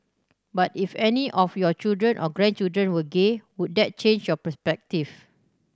but if any of your children or grandchildren were gay would that change your perspective